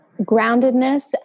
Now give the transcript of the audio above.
groundedness